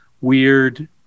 weird